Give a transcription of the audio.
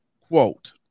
Quote